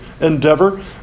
endeavor